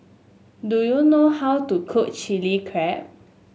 do you know how to cook Chili Crab